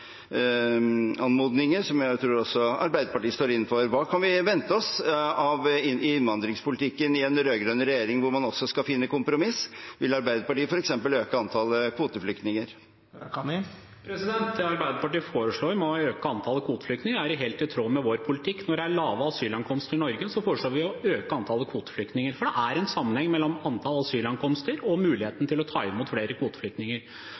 inne for. Hva kan vi vente oss av innvandringspolitikken til en rød-grønn regjering, hvor man også skal finne kompromisser? Vil Arbeiderpartiet f.eks. øke antallet kvoteflyktninger? Det som Arbeiderpartiet foreslår med tanke på å øke antallet kvoteflyktninger, er helt i tråd med vår politikk. Når det er lave asylankomster til Norge, forslår vi å øke antallet kvoteflyktninger, for det er en sammenheng mellom antallet asylankomster og muligheten til å ta imot flere kvoteflyktninger.